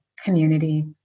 Community